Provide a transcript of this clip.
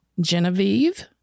Genevieve